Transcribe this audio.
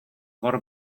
gaur